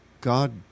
God